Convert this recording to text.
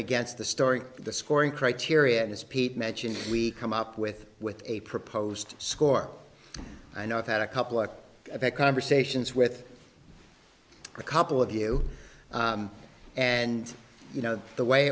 against the story the scoring criteria is pete mentioned we come up with with a proposed score i know it had a couple of conversations with a couple of you and you know the way